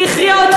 היא הכריעה,